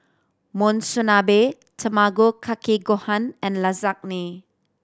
Monsunabe Tamago Kake Gohan and Lasagne